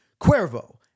Cuervo